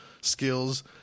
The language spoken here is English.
skills